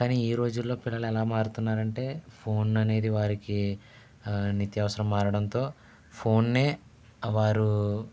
కానీ ఈ రోజుల్లో పిల్లలు ఎలా మారుతున్నారంటే ఫోన్ అనేది వారికి నిత్య అవసరంగా మారడంతో ఫోన్నే వారు